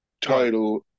title